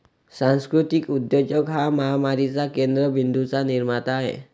सांस्कृतिक उद्योजक हा महामारीच्या केंद्र बिंदूंचा निर्माता आहे